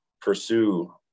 pursue